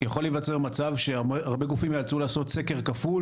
יכול להיווצר מצב שהרבה גופים יאלצו לעשות סקר כפול